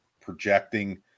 projecting